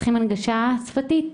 צריכים הנגשה שפתית.